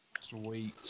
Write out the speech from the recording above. Sweet